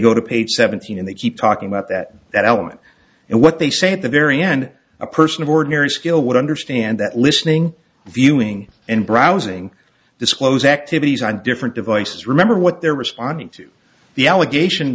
go to page seventeen and they keep talking about that that element and what they say at the very end a person of ordinary skill would understand that listening viewing and browsing disclose activities on different devices remember what they're responding to the allegation